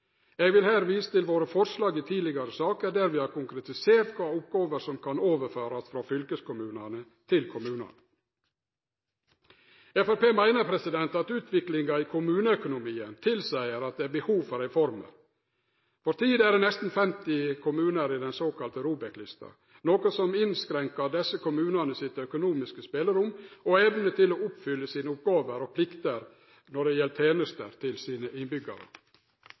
Eg vil her vise til våre forslag i tidlegare saker, der vi har konkretisert kva oppgåver som kan overførast frå fylkeskommunane til kommunane. Framstegspartiet meiner at utviklinga i kommuneøkonomien tilseier at det er behov for reformer. For tida er det nesten 50 kommunar på den såkalla ROBEK-lista, noko som innskrenkar desse kommunane sitt økonomiske spelerom og si evne til å oppfylle sine oppgåver og plikter når det gjeld tenester til sine